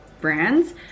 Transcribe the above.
Brands